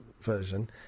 version